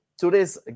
today's